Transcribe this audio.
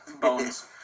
bones